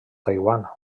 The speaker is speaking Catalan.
taiwan